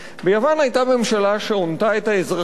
ביוון היתה ממשלה שהונתה את האזרחים,